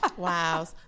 Wow